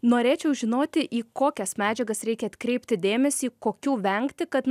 norėčiau žinoti į kokias medžiagas reikia atkreipti dėmesį kokių vengti kad